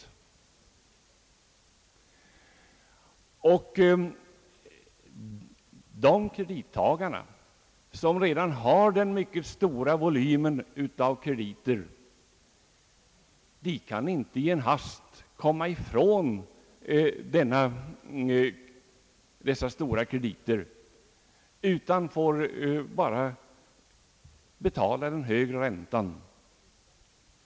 De kredittagare som redan har den mycket stora volymen av krediter, kan inte i en hast bli av med dessa stora skulder, utan de får betala den högre räntan.